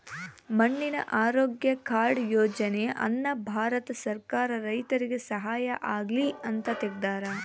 ಮಣ್ಣಿನ ಆರೋಗ್ಯ ಕಾರ್ಡ್ ಯೋಜನೆ ಅನ್ನ ಭಾರತ ಸರ್ಕಾರ ರೈತರಿಗೆ ಸಹಾಯ ಆಗ್ಲಿ ಅಂತ ತೆಗ್ದಾರ